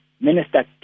Minister